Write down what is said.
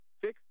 fix